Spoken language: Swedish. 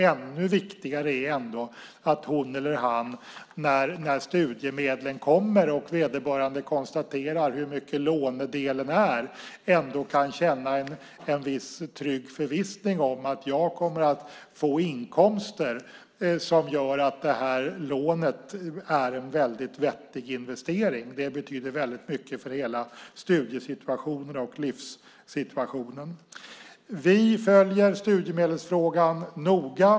Ännu viktigare är att hon eller han när studiemedlen kommer och vederbörande konstaterar hur stor lånedelen är ändå kan känna en viss trygg förvissning om att man kommer att få inkomster som gör att lånet är en vettig investering. Det betyder mycket för hela studie och livssituationen. Vi följer studiemedelsfrågan noga.